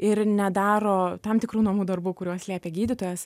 ir nedaro tam tikrų namų darbų kuriuos liepia gydytojas